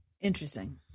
Interesting